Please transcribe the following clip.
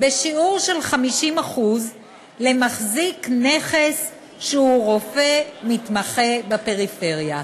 בשיעור של 50% למחזיק נכס שהוא רופא מתמחה בפריפריה.